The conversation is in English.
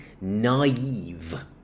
naive